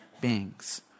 beings